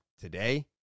today